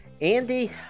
Andy